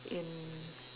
in